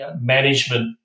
management